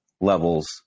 levels